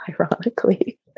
ironically